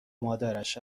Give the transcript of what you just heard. مادرش